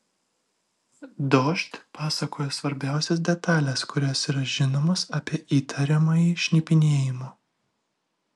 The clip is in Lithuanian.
dožd pasakoja svarbiausias detales kurios yra žinomos apie įtariamąjį šnipinėjimu